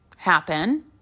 happen